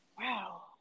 wow